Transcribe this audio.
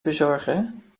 verzorgen